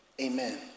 amen